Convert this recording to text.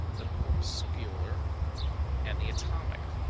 the corpuscular and the atomic.